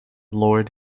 lord